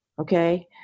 okay